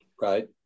Right